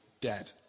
dead